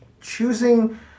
choosing